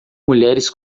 mulheres